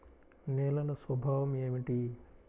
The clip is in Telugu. నేలల స్వభావం ఏమిటీ?